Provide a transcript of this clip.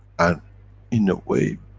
and in a way,